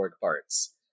parts